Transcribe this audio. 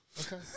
Okay